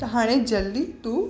त हाणे जल्दी तूं